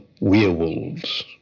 werewolves